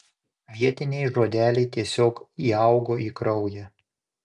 vietiniai žodeliai tiesiog įaugo į kraują